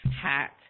hat